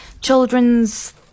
children's